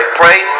pray